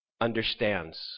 understands